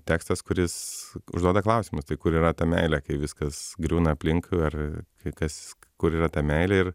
tekstas kuris užduoda klausimus tai kur yra ta meilė kai viskas griūna aplink ar kai kas kur yra ta meilė ir